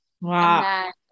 wow